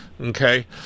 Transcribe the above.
Okay